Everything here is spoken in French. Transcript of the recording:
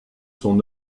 son